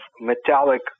metallic